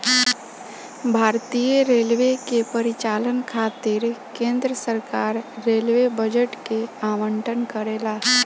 भारतीय रेलवे के परिचालन खातिर केंद्र सरकार रेलवे बजट के आवंटन करेला